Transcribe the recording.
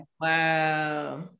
Wow